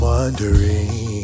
Wondering